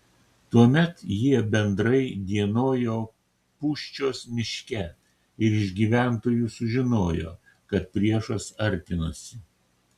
tuomet jie bendrai dienojo pūščios miške ir iš gyventojų sužinojo kad priešas artinasi